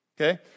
Okay